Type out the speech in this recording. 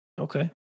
Okay